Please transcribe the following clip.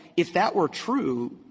if that were true,